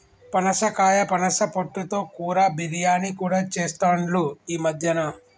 పనసకాయ పనస పొట్టు తో కూర, బిర్యానీ కూడా చెస్తాండ్లు ఈ మద్యన